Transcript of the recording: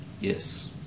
Yes